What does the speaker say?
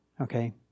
okay